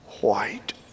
white